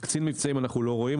את קצין המבצעים אנחנו לא רואים,